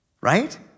right